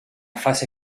fase